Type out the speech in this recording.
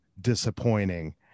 disappointing